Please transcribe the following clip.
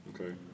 Okay